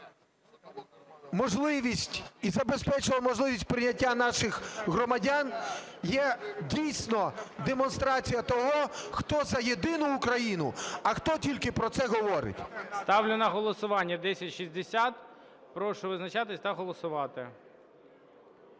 можливість і забезпечило можливість прийняття наших громадян, є, дійсно, демонстрація того, хто за єдину Україну, а хто тільки про це говорить. ГОЛОВУЮЧИЙ. Ставлю на голосування 1060. Прошу визначатись та голосувати.